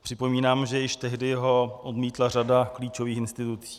Připomínám, že již tehdy ho odmítla řada klíčových institucí.